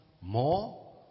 more